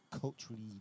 culturally